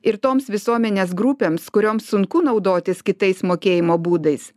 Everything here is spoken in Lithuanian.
ir toms visuomenės grupėms kurioms sunku naudotis kitais mokėjimo būdais